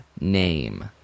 name